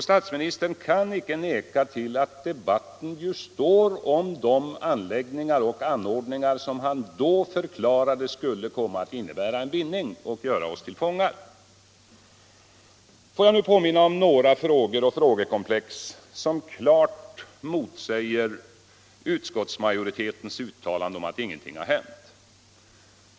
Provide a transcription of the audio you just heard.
Statsministern kan inte förneka att debatten står om de anläggningar och anordningar som han då förklarade skulle komma att innebära en bindning och göra oss till fångar. Får jag nu också påminna om några frågor och frågekomplex som klart motsäger utskottsmajoritetens uttalande att ingenting har hänt.